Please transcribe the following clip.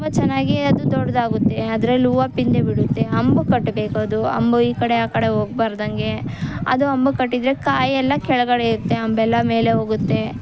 ತುಂಬ ಚೆನ್ನಾಗಿ ಅದು ದೊಡ್ದಾಗುತ್ತೆ ಅದ್ರಲ್ಲಿ ಹೂವ ಪ್ಪಿಂದೆ ಬಿಡುತ್ತೆ ಅಂಬು ಕಟ್ಬೇಕು ಅದು ಅಂಬು ಈ ಕಡೆ ಆ ಕಡೆ ಹೋಗ್ಬಾರ್ದಂಗೆ ಅದು ಅಂಬು ಕಟ್ಟಿದ್ರೆ ಕಾಯೆಲ್ಲ ಕೆಳಗಡೆ ಇರುತ್ತೆ ಅಂಬೆಲ್ಲ ಮೇಲೆ ಹೋಗುತ್ತೆ